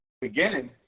beginning